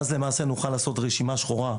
ואז נוכל לעשות 'רשימה שחורה'